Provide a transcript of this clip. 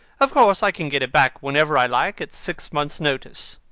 of course, i can get it back whenever i like, at six months' notice.